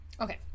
okay